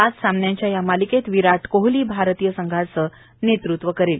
पाच सामन्यांच्या या मालिकेत विराट कोहली भारतीय संघाचं नेतृत्व करेल